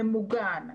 ממוגן,